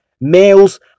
males